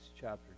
chapter